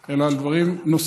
להם אלא על דברים נוספים,